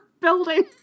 Building